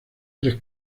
tres